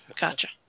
Gotcha